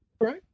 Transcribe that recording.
Right